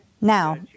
Now